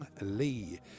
Lee